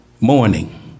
morning